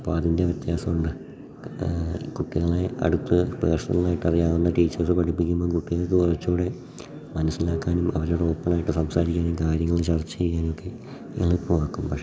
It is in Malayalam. അപ്പം അതിൻ്റെ വ്യത്യാസം ഉണ്ട് കുട്ടികളെ അടുത്ത് പേഴ്സണലായിട്ട് അറിയാവുന്ന ടീച്ചറ് പഠിപ്പിക്കുമ്പം കുട്ടികൾക്ക് കുറച്ചൂടെ മനസ്സിലാക്കാനും അവരോട് ഓപ്പണായിട്ട് സംസാരിക്കാനും കാര്യങ്ങൾ ചർച്ച ചെയ്യാനൊക്കെ എളുപ്പമാക്കും പക്ഷേ